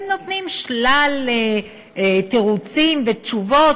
הם נותנים שלל תירוצים ותשובות,